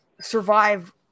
survive